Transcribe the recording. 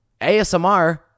ASMR